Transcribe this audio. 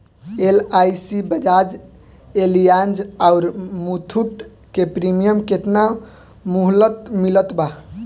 LIC Bajaj Allianz आउर मुथूट के premium के केतना मुहलत मिलल बा?